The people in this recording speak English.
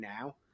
now